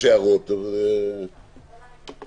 הקורונה החדש (הוראת שעה) (הגבלת פעילות),